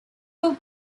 were